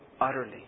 utterly